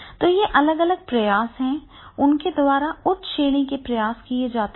तो ये अलग अलग प्रयास हैं उनके द्वारा उच्च श्रेणी के प्रयास किए जाते हैं